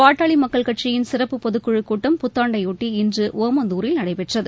பாட்டாளி மக்கள் கட்சியின் சிறப்பு பொதுக்குழுக்கூட்டம் புத்தாண்டையொட்டி இன்று ஒமந்தூரில் நடைபெற்றது